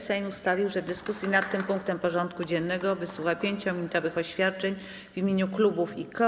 Sejm ustalił, że w dyskusji nad tym punktem porządku dziennego wysłucha 5-minutowych oświadczeń w imieniu klubów i koła.